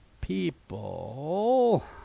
people